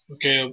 Okay